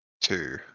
two